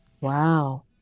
Wow